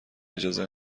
اجازه